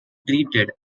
treated